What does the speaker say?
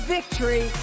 Victory